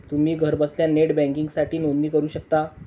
तुम्ही घरबसल्या नेट बँकिंगसाठी नोंदणी करू शकता